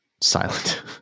silent